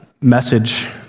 message